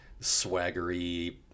swaggery